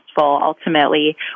ultimately